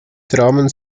dramen